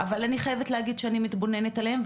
אבל אני חייבת להגיד שאני מתבוננת עליהם,